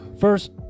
first